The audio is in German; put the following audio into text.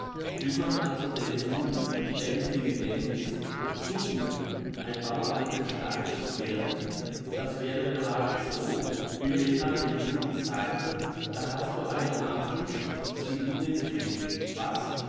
will man also dem juden der intelligent ist zumuthen ein bauer alten schlages zu werden das wäre gerade so wie wenn man dem juden sagte da hast du eine armbrust zieh in den krieg was